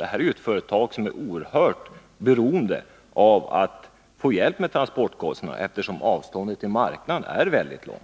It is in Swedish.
Detta företag är oerhört beroende av att få hjälp med transportkostnaderna, eftersom avståndet till marknaden är väldigt långt.